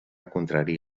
contrari